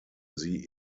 sie